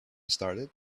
started